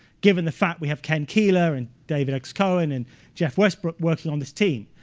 given the fact we have ken keeler and david x cohen and jeff westbrook working on this team.